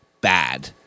bad